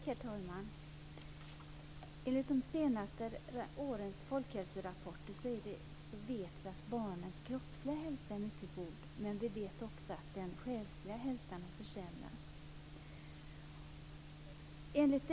Herr talman! Enligt de senaste årens folkhälsorapporter vet vi att barnens kroppsliga hälsa är mycket god, men vi vet också att den själsliga hälsan har försämrats.